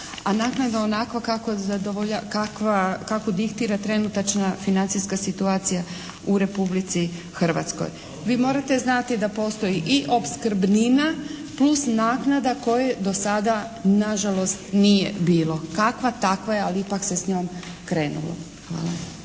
a naknada je onakva kako diktira trenutačna financijska situacija u Republici Hrvatskoj. Vi morate znati da postoji i opskrbnina plus naknada koje do sada nažalost nije bilo. Kakva takva je, ali ipak se s njom krenulo. Hvala.